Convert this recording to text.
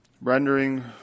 Rendering